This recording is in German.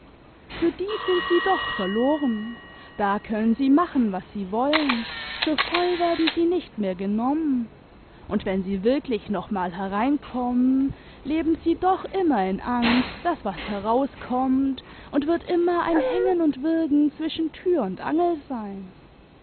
für die sind sie doch verloren da können sie machen was sie wollen für voll werden sie nicht mehr genommen und wenn sie wirklich nochmal hereinkommen leben sie doch immer in angst daß was herauskommt imd wird immer ein hängen und würgen zwischen tür imd angel sein